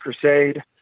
Crusade